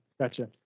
gotcha